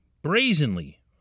brazenly